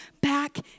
back